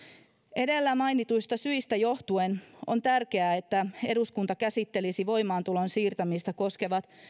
edellä mainituista syistä johtuen on tärkeää että eduskunta käsittelisi voimaantulon siirtämistä koskevat